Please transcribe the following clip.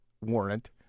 warrant